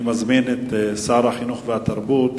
אני מזמין את שר החינוך והתרבות